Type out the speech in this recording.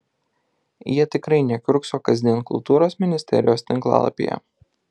jie tikrai nekiurkso kasdien kultūros ministerijos tinklalapyje